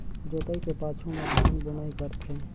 जोतई के पाछू में धान बुनई करथे